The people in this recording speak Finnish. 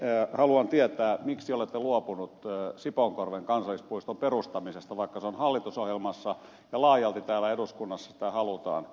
ensinnäkin haluan tietää miksi olette luopunut sipoonkorven kansallispuiston perustamisesta vaikka se on hallitusohjelmassa ja laajalti täällä eduskunnassa sitä halutaan